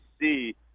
see